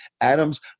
Adams